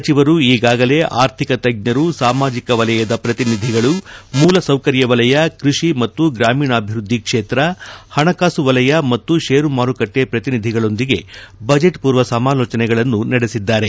ಸಚಿವರು ಈಗಾಗಲೇ ಆರ್ಥಿಕ ತಜ್ಞರು ಸಾಮಾಜಿಕ ವಲಯದ ಪ್ರತಿನಿಧಿಗಳು ಮೂಲಸೌಕರ್್ ವಲಯ ಕೃಷಿ ಮತ್ತು ಗ್ರಾಮೀಣಾಭಿವೃದ್ದಿ ಕ್ಷೇತ್ರ ಹಣಕಾಸು ವಲಯ ಮತ್ತು ಷೇರು ಮಾರುಕಟ್ಟೆ ಪ್ರತಿನಿಧಿಗಳೊಂದಿಗೆ ಬಜೆಟ್ ಪೂರ್ವ ಸಮಾಲೋಚನೆಗಳನ್ನು ನಡೆಸಿದ್ದಾರೆ